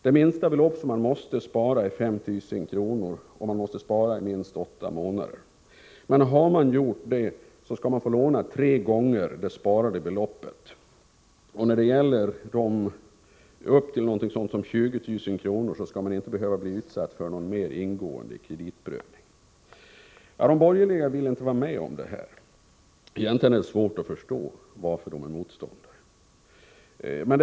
Det minsta belopp man måste spara är 5 000 kr., och man måste spara i minst åtta månader. Har man gjort det kan man få låna tre gånger det sparade beloppet. När det gäller lån upp till ungefär 20 000 kr. skall man inte behöva bli utsatt för någon mer ingående kreditprövning. De borgerliga vill inte vara med om detta. Egentligen är det litet svårt att förstå varför de är motståndare.